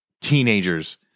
teenagers